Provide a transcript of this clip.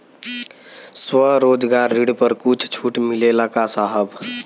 स्वरोजगार ऋण पर कुछ छूट मिलेला का साहब?